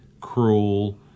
cruel